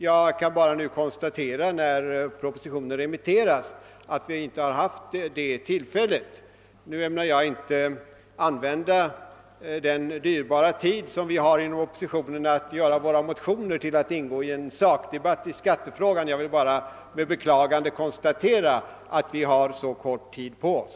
När propositionen nu remitteras kan jag bara konstatera att materialet inte har offentliggjorts i tillräckligt god tid. Nu ämnar jag inte använda den dyrbara tid som vi inom oppositionen har för att utarbeta våra motioner till att ingå i en sakdebatt i skattefrågan; jag vill bara med beklagande konstatera att vi har så kort tid på oss.